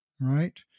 right